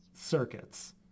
circuits